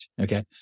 okay